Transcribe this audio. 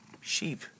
sheep